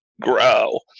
grow